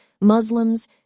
Muslims